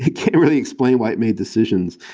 it it really explain why it made decisions.